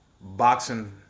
boxing